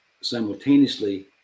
simultaneously